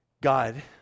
God